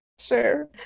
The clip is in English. sure